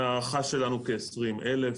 ההערכה שלנו, כ-20,000.